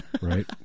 Right